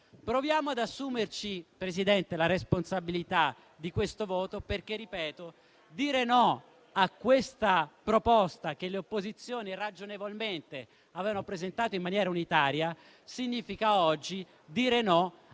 proviamo ad assumerci la responsabilità di questo voto. Ripeto, infatti, che dire no a questa proposta, che le opposizioni ragionevolmente avevano presentato in maniera unitaria, significa oggi dire no